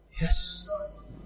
Yes